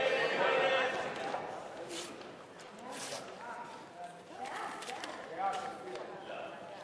סיעת קדימה לסעיף 3 לא נתקבלה.